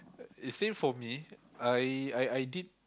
is same for me I I I did